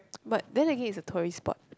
but then again it's a tourist spot